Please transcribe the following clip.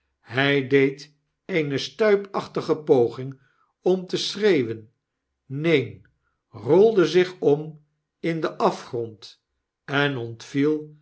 hij deed eene stuipachtige poging om te schreeuwen neen rolde zich om in den afgrond en